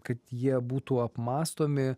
kad jie būtų apmąstomi